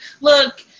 look